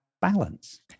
balance